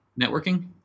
networking